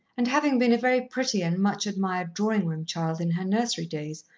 and having been a very pretty and much-admired drawing-room child in her nursery days,